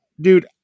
Dude